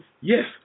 yes